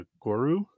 guru